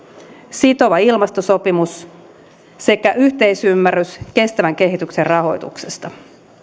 sitova ilmastosopimus sekä yhteisymmärrys kestävän kehityksen rahoituksesta